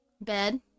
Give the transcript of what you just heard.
Bed